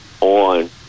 on